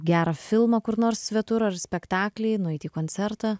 gerą filmą kur nors svetur ar spektaklį nueiti į koncertą